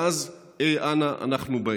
ואז אי אנה אנחנו באים.